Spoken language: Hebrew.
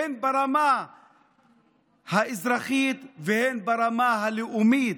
הן ברמה האזרחית והן ברמה הלאומית,